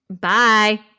Bye